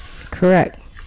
Correct